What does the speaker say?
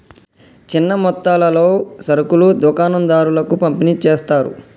చిన్న మొత్తాలలో సరుకులు దుకాణం దారులకు పంపిణి చేస్తారు